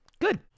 good